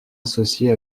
associée